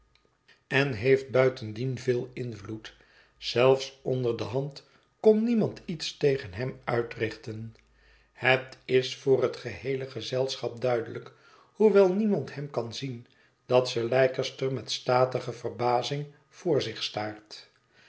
en heeft buitendien veel invloed zelfs onder de hand kon niemand iets tegen hem uitrichten het is voor het geheele gezelschap duidelijk hoewel niemand hem kan zien dat sir leicester met statige verbazing vr zich staart